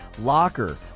Locker